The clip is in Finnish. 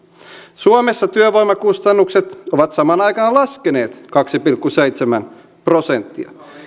suomessa työvoimakustannukset ovat samaan aikaan laskeneet kaksi pilkku seitsemän prosenttia